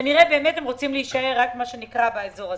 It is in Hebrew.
כנראה הם רוצים להישאר רק באזור הזה.